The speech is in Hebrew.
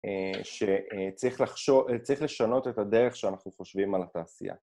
שצריך לחשוב.. צריך לשנות את הדרך שאנחנו חושבים על התעשייה